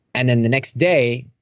and then the next day,